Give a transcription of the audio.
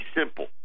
simple